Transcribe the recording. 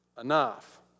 enough